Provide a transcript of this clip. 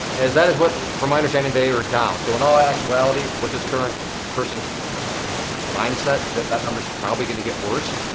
is that is what, from my understanding, they are down. so in all actuality, with this current person's mindset, that that number's probably gonna get worse.